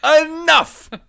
Enough